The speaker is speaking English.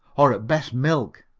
or at best milk.